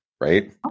right